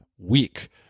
week